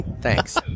Thanks